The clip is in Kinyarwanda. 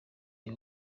the